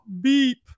beep